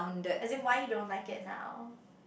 as in why you don't like it now